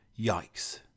Yikes